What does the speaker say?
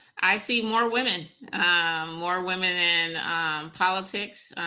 i see more women more women in politics